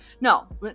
No